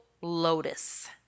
lotus